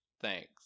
Thanks